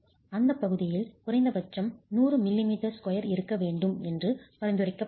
அந்த பகுதிகளில் குறைந்தபட்சம் 100 mm2 இருக்க வேண்டும் என்று பரிந்துரைக்கப்படுகிறது